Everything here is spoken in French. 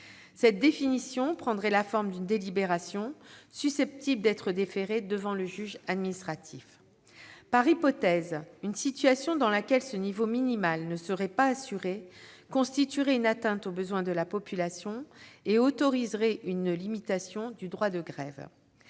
Cette définition prendrait la forme d'une délibération, susceptible d'être déférée devant le juge administratif. Par hypothèse, une situation dans laquelle ce niveau minimal ne serait pas assuré constituerait une atteinte à la satisfaction des besoins de la population et autoriserait une limitation du droit de grève.